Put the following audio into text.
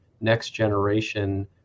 next-generation